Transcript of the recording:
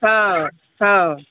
ହଁ ହଁ